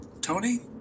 Tony